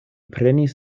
prenis